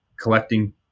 collecting